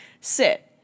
sit